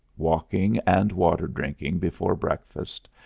walking and water-drinking before breakfast,